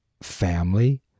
family